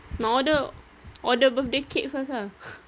nak order order birthday cake first ah